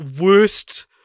worst-